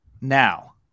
Now